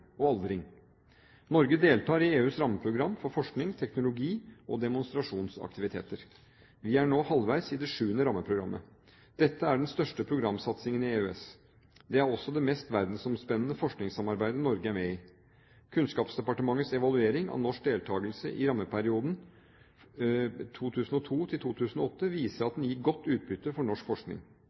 og aldring. Norge deltar i EUs rammeprogram for forskning, teknologi og demonstrasjonsaktiviteter. Vi er nå halvveis i det 7. rammeprogrammet. Dette er den største programsatsingen i EØS. Det er også det mest verdensomspennende forskningssamarbeidet Norge er med i. Kunnskapsdepartementets evaluering av norsk deltakelse i rammeprogrammene i perioden 2002–2008 viser at den gir godt utbytte for norsk forskning.